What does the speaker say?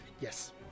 Yes